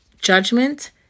judgment